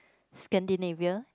Scandinavia